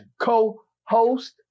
co-host